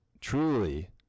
truly